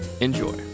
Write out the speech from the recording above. Enjoy